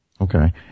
Okay